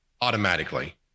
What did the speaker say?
automatically